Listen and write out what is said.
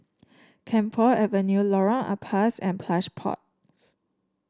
Camphor Avenue Lorong Ampas and Plush Pod